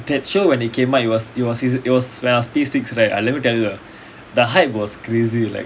that show when it came out it was it was it was when I was P six right ah let me tell you ah the hype was crazy like